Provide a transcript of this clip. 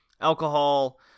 alcohol